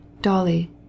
Dolly